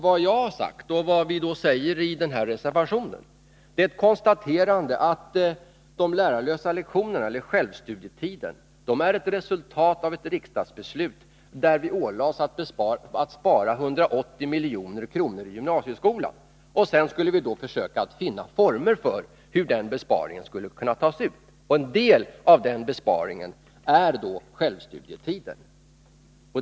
Vad jag har sagt och vad vi säger i denna reservation är ett konstaterande att de lärarlösa lektionerna, eller självstudietiden, är ett resultat av ett riksdagsbeslut, där vi ålade oss att spara 180 milj.kr. i gymnasieskolan. Sedan skulle vi försöka finna former för hur denna besparing skulle kunna tas ut, och en del av denna besparing var självstudietiden.